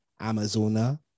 Amazona